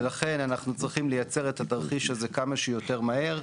ולכן אנחנו צריכים לייצר את התרחיש הזה כמה שיותר מהר.